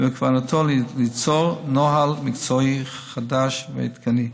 ובכוונתו ליצור נוהל מקצועי חדש ועדכני.